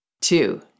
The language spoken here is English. Two